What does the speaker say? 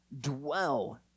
dwell